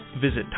Visit